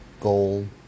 goal